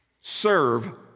serve